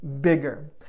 bigger